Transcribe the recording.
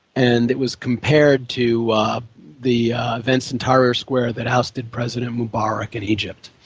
and it was compared to the events in tahrir square that ousted president mubarak in egypt.